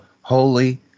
holy